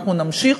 אנחנו נמשיך,